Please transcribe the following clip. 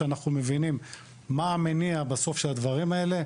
כשאנחנו מבינים מה המניע של הדברים האלה,